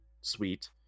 Sweet